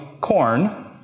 corn